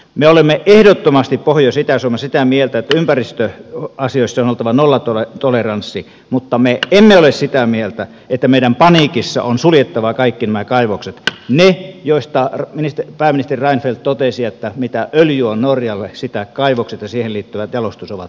me olemme ehdottomasti pohjois ja itä suomessa sitä mieltä että ympäristöasioissa on oltava nollatoleranssi mutta me emme ole sitä mieltä että meidän paniikissa on suljettava kaikki nämä kaivokset ne joista pääministeri reinfeldt totesi että mitä öljy on norjalle sitä kaivokset ja siihen liittyvä jalostus ovat ruotsille